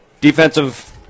defensive